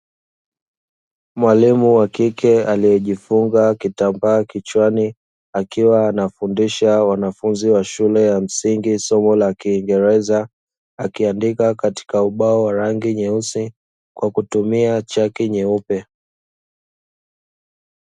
Mwalimu wa kike aliyejifunga kitambaa kichwani, akiwa anafundisha wanafunzi wa shule ya msingi somo la kiingereza, akiandika katika ubao wa rangi nyeusi kwa kutumia chaki nyeupe.